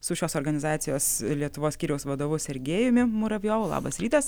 su šios organizacijos lietuvos skyriaus vadovu sergejumi muravjovu labas rytas